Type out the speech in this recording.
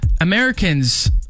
americans